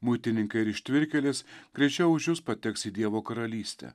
muitininkai ir ištvirkėlės greičiau už jus pateks į dievo karalystę